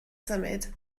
symud